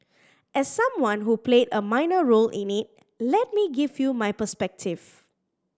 as someone who played a minor role in it let me give you my perspective